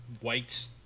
white